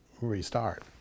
restart